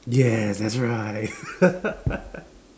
ya that's right